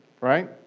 right